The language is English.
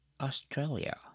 Australia